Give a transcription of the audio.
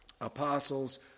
apostles